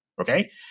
Okay